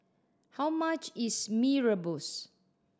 how much is Mee Rebus